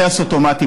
טייס אוטומטי,